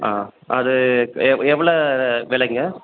ஆ அது எவ் எவ்வளோ விலைங்க